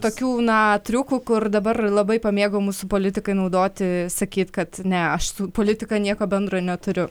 tokių na triukų kur dabar labai pamėgo mūsų politikai naudoti sakyti kad ne aš su politika nieko bendro neturiu